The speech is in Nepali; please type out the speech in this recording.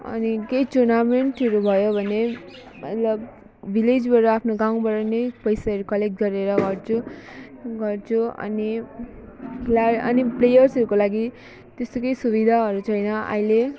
अनि केही टुर्नामेन्टहरू भयो भने मतलब भिलेजबाट अफ्नो गाउँबाट नै पैसाहरू कलेक्ट गरेर गर्छौँ गर्छौँ अनि प्ला अनि प्लेयर्सहरूको लागि त्यस्तो केही सुविधाहरू छैन अहिले